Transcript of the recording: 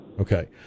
Okay